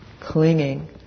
clinging